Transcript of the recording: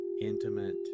intimate